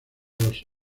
los